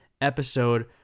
episode